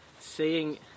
seeing